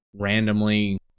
randomly